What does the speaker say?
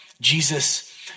Jesus